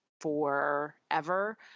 forever